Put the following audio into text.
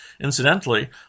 Incidentally